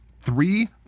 three